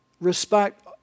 respect